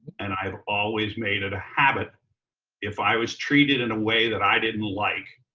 and i've always made it a habit if i was treated in a way that i didn't like,